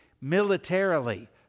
militarily